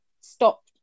stop